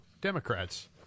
Democrats